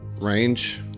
range